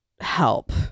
help